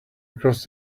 across